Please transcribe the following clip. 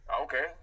Okay